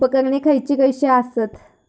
उपकरणे खैयची खैयची आसत?